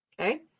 Okay